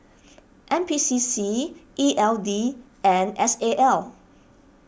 N P C C E L D and S A L